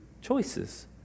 choices